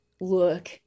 look